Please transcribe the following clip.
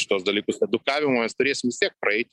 šituos dalykus edukavimo mes turėsim vis tiek praeiti